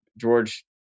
George